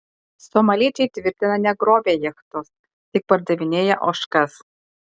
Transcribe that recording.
somaliečiai tvirtina negrobę jachtos tik pardavinėję ožkas